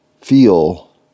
feel